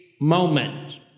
moment